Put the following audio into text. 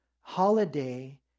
holiday